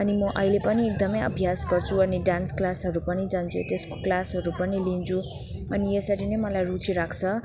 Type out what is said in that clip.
अनि म अहिले पनि एकदमै अभ्यास गर्छु अनि डान्स क्लासहरू पनि जान्छु त्यसको क्लासहरू पनि लिन्छु अनि यसरी नै मलाई रुचि लाग्छ